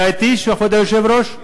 אתה אתי, כבוד היושב-ראש?